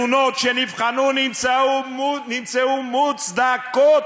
מהתלונות שנבחנו נמצאו מוצדקות.